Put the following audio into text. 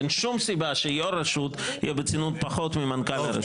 אין שום סיבה שיו"ר רשות יהיה בצינון פחות ממנכ"ל הרשות.